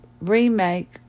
remake